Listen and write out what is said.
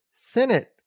Senate